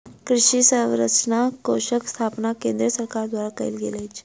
कृषि अवसंरचना कोषक स्थापना केंद्रीय सरकार द्वारा कयल गेल अछि